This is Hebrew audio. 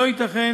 לא ייתכן